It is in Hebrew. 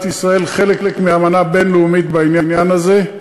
ישראל חלק מאמנה בין-לאומית בעניין הזה.